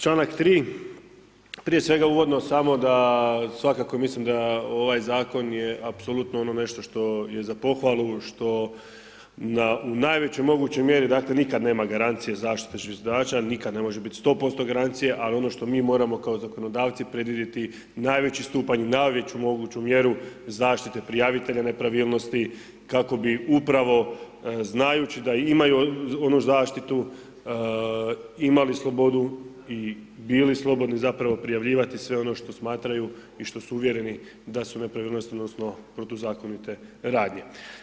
Članak 3, prije svega uvodno samo da svakako mislim da ovaj zakon je apsolutno ono nešto što je za pohvalu, što u najvećoj mogućoj mjeri dakle nikad nema garancije zaštite zviždača, nikad ne može biti 100% garancije ali ono što mi moramo kao zakonodavci predvidjeti najveći stupanj i najveću moguću mjeru zaštite prijavitelja nepravilnosti kako bi upravo znajući da imaju onu zaštitu, imali slobodu i bili slobodni zapravo prijavljivati sve ono što smatraju i što su uvjereni da su nepravilnosti, odnosno protuzakonite radnje.